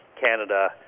Canada